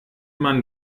man